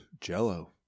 jello